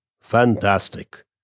Fantastic